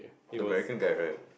the American guy right